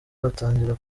batangira